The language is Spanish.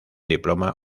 diploma